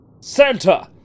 Santa